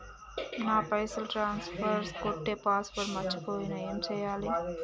నా పైసల్ ట్రాన్స్ఫర్ కొట్టే పాస్వర్డ్ మర్చిపోయిన ఏం చేయాలి?